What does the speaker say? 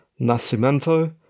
Nascimento